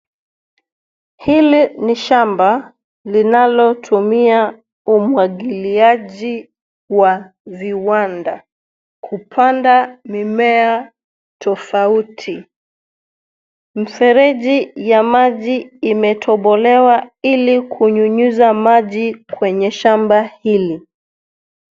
Hili ni shamba, linalotumia umwangiliaji wa viwanda, kupanda mimea tofauti. Mreji, ya maji imetobolewa ili kunyunyiza maji kwenye shamba hili.